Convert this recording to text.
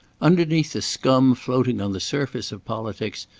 underneath the scum floating on the surface of politics,